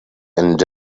and